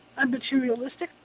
unmaterialistic